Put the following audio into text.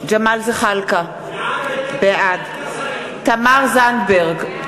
ג'מאל זחאלקה, בעד תמר זנדברג,